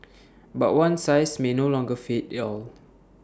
but one size may no longer fit